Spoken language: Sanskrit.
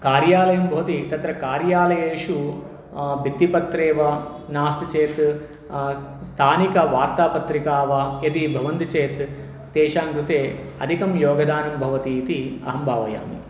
कार्यालयं भवति तत्र कार्यालयेषु भित्तिपत्रेव नास्ति चेत् स्थानिकवार्तापत्रिका वा यदि भवन्ति चेत् तेषां कृते अधिकं योगदानं भवतीति अहं भावयामि